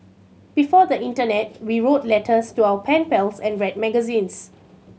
before the internet we wrote letters to our pen pals and read magazines